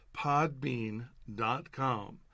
Podbean.com